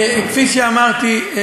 כפי שאמרתי,